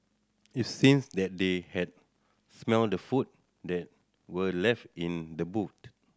it seemed that they had smelt the food that were left in the boot